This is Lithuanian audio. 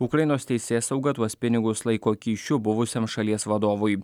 ukrainos teisėsauga tuos pinigus laiko kyšiu buvusiam šalies vadovui